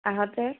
আহোঁতে